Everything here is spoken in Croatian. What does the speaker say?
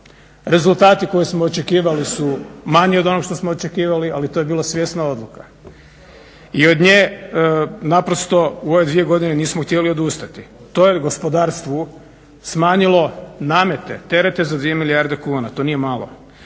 Rezultati koje smo očekivali su manji od onog što smo očekivali ali to je bila svjesna odluka. I od nje naprosto u ove dvije godine nismo htjeli odustati. To je gospodarstvu smanjilo namete, terete za 2 milijarde kuna. To nije malo.